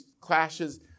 clashes